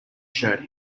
shirt